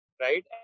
right